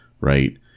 right